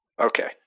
Okay